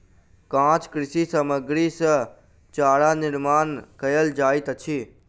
काँच कृषि सामग्री सॅ चारा निर्माण कयल जाइत अछि